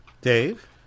Dave